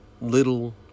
little